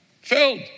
Filled